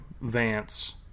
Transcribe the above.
Vance